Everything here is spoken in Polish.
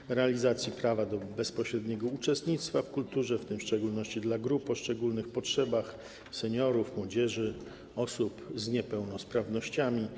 Chodzi o realizację prawa do bezpośredniego uczestnictwa w kulturze, w szczególności dla grup o szczególnych potrzebach: seniorów, młodzieży, osób z niepełnosprawnościami,